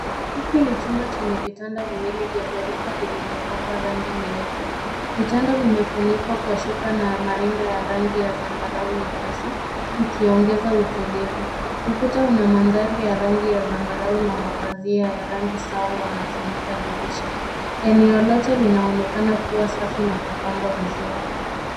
Hiki ni chumba chenye vitanda viwili vya ghorofa vilivyopakwa rangi nyeupe. Vitanda vimefunikwa kwa shuka na marinda ya rangi ya zambarau nyepesi vikiongeza utulivu . Ukuta una mandhari ya rangi ya zambarau na mapazia ya rangi sawa yanafunika dirisha. Eneo lote linaonekana kuwa safi na kupangwa vizuri.